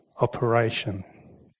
operation